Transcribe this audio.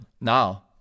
Now